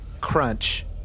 Crunch